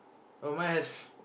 oh mine has f~